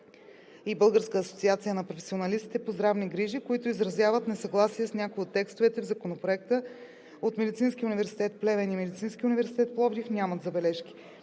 и Българската асоциация на професионалистите по здравни грижи, които изразяват несъгласие с някои от текстовете в Законопроекта. От Медицинския университет – Плевен, и Медицинския университет – Пловдив, нямат забележки.